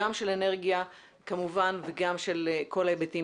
כמובן גם של אנרגיה וגם של כל ההיבטים